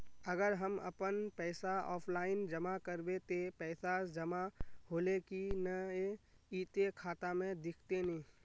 अगर हम अपन पैसा ऑफलाइन जमा करबे ते पैसा जमा होले की नय इ ते खाता में दिखते ने?